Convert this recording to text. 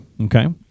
Okay